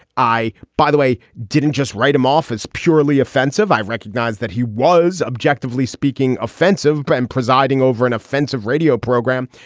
i, by the way, didn't just write him off as purely offensive. i recognize that he was objectively speaking offensive, but i'm presiding over an offensive radio program.